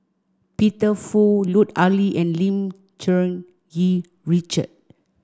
Peter Fu Lut Ali and Lim Cherng Yih Richard